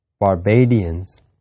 Barbadians